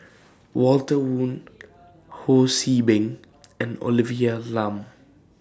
Walter Woon Ho See Beng and Olivia Lum